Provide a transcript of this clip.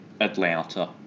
Atlanta